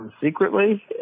secretly